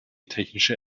technische